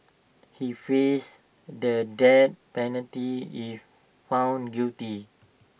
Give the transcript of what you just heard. he faces the death penalty if found guilty